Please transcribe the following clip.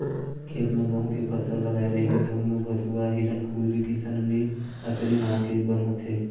खेत म गहूँ के फसल लगाए रहिबे तउन म भथुवा, हिरनखुरी, किसननील, अकरी नांव के बन होथे